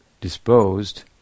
disposed